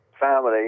family